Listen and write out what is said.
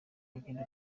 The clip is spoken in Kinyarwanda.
rugendo